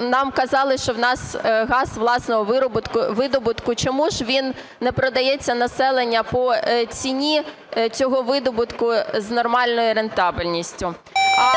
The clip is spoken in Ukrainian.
нам казали, що в нас газ власного видобутку, чому ж він не продається населенню по ціні цього видобутку, з нормальною рентабельністю?